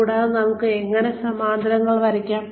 കൂടാതെ നമുക്ക് എങ്ങനെ സമാന്തരങ്ങൾ വരയ്ക്കാം